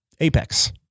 apex